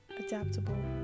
adaptable